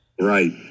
Right